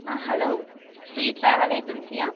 ஆ hello Sri travel ஏஜென்சியா